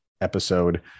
episode